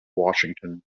washington